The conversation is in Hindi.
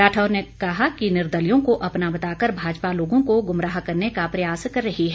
राठौर ने कहा कि निर्दलियों को अपना बताकर भाजपा लोगों को गुमराह करने का प्रयास कर रही है